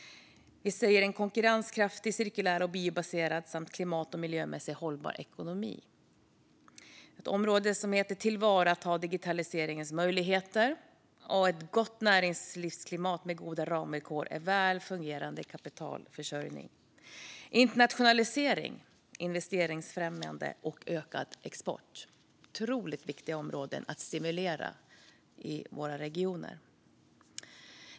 Det handlar om en konkurrenskraftig, cirkulär och biobaserad samt klimat och miljömässigt hållbar ekonomi. Det handlar om att tillvarata digitaliseringens möjligheter. Det handlar om ett gott näringslivsklimat med goda ramvillkor och väl fungerande kapitalförsörjning. Och det handlar slutligen om internationalisering, investeringsfrämjande och ökad export. Detta är otroligt viktiga områden att stimulera i våra regioner.